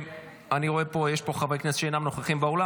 יש פה חברי כנסת שאינם נוכחים באולם,